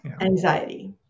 anxiety